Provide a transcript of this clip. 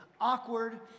awkward